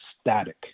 static